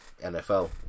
NFL